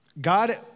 God